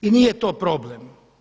I nije to problem.